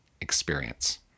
experience